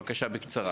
בבקשה, בקצרה.